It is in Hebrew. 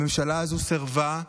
הממשלה הזו סירבה.